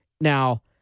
Now